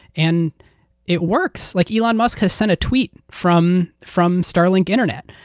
and it works. like elon musk has sent a tweet from from starlink internet.